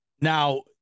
Now